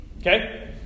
Okay